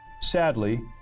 Sadly